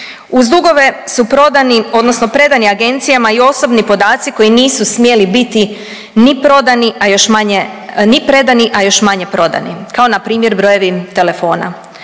Uz dugove su prodani odnosno predani agencijama i osobni podaci koji nisu smjeli biti ni prodani, a još manje, ni predani, a još manje prodani, kao npr. brojevi telefona.